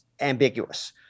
ambiguous